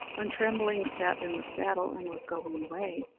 when trembling sat in the saddle and was going away,